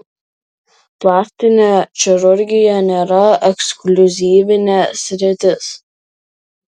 plastinė chirurgija nėra ekskliuzyvinė sritis